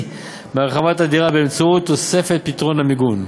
מהרחבת הדירה באמצעות תוספת פתרון המיגון.